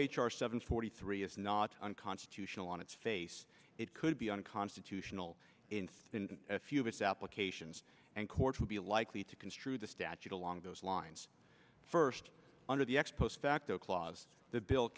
r seven forty three is not unconstitutional on its face it could be unconstitutional instant a few of us applications and courts would be likely to construe the statute along those lines first under the ex post facto clause the bill